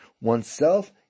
oneself